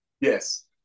Yes